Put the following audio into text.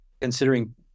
considering